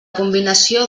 combinació